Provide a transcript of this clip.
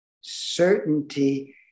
certainty